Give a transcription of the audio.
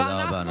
תודה רבה.